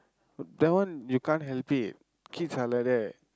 that one you can't help it kids are like that